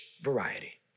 variety